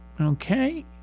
Okay